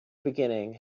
beginning